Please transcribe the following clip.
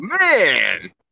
man